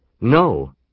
No